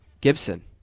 Gibson